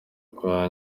kwa